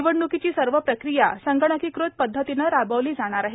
निवडणुकीची सर्व प्रक्रिया संगणकीकृत पद्धतीनं राबविली जाणार आहे